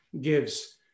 gives